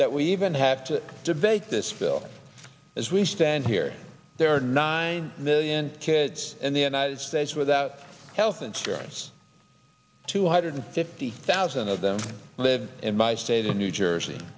that we even have to debate this bill as we stand here there are nine million kids in the united states without health insurance two hundred fifty thousand of them live in my state in new jersey